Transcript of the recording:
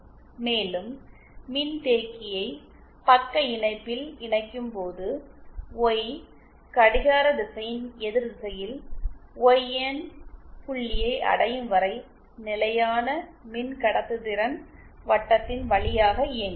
மேலும் மின்தேக்கியை பக்க இணைப்பில் இணைக்கும் போது ஒய் கடிகாரத்திசையின் எதிர்திசையில் ஒய்என் புள்ளியை அடையும் வரை நிலையான மின்கடத்துதிறன் வட்டத்தின் வழியாக இயங்கும்